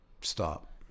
stop